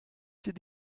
did